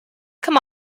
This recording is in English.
come